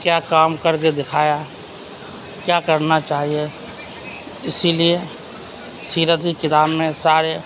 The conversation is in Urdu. کیا کام کر کے دیکھایا کیا کرنا اسی لیے سیرت کی کتاب میں سارے